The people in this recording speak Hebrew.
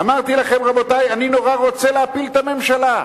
אמרתי לכם: רבותי, אני נורא רוצה להפיל את הממשלה,